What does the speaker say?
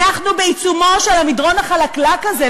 אנחנו בעיצומו של המדרון החלקלק הזה.